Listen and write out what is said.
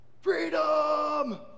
freedom